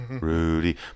Rudy